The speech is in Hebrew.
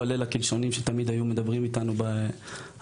ליל הגלשונים שתמיד היו מדברים איתנו עליו.